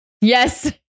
yes